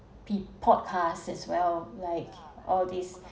pe~ podcast as well like all these